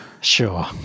sure